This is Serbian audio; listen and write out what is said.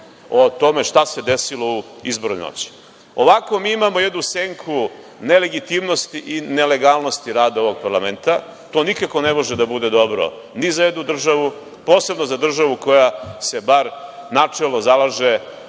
o tome šta se desilo u izbornoj noći. Ovako mi imamo jednu senku nelegitimnosti i nelegalnosti rada ovog parlamenta. To nikako ne može da bude dobro ni za jednu državu, posebno za državu koja se bar načelno zalaže